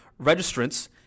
registrants